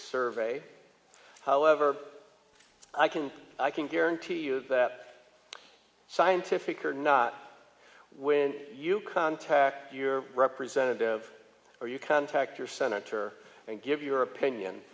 survey however i can i can guarantee you that scientific or not when you contact your representative or you contact your senator and give your opinion